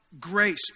grace